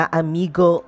amigo